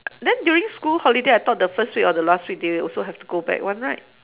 then during school holiday I thought the first week or the last week they also have to go back one right